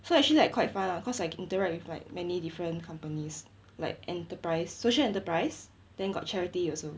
so actually like quite fun lah cause I can interact with like many different companies like enterprise social enterprise then got charity also